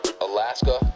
Alaska